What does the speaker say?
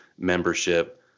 Membership